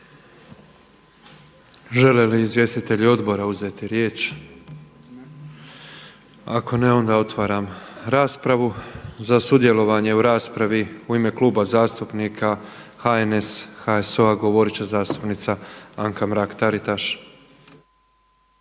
Žele li izvjestitelji odbora uzeti riječ? Ako ne onda otvaram raspravu. Za sudjelovanje u raspravi u ime Kluba zastupnika HNS, HSU-a govorit će zastupnica Anka Mrak Taritaš.